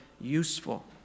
useful